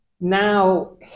Now